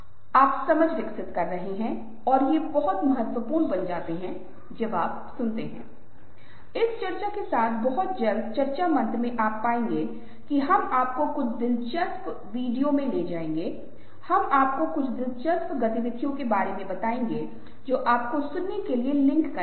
तो ये लोग कुछ खास तरह की नौकरी के लिए भी बहुत महत्वपूर्ण होते हैं लेकिन साथ ही ये लोग दूसरों के लिए समस्या पैदा करते हैं जब समय कम होता है या लोग अब सुनने के लिए इच्छुक नहीं होते हैं लेकिन अपनी इसी आदत के कारण वे बात करते रहते हैं